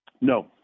No